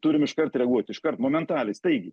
turim iškart reaguot iškart momentaliai staigiai